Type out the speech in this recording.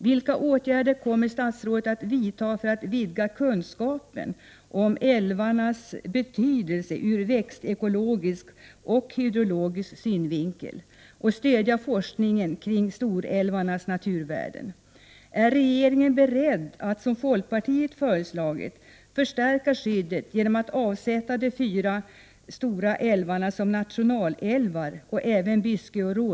Vilka åtgärder kommer statsrådet att vidta för att vidga kunskapen om älvarnas betydelse ur växtekologisk och hydrologisk synvinkel och för att stödja forskningen kring storälvarnas naturvärden? Är regeringen beredd att, som folkpartiet föreslagit, förstärka skyddet genom att avsätta de fyra stora älvarna och även Byskeälven och Roneälven som nationalälvar?